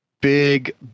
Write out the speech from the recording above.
big